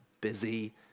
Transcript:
busy